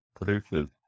produces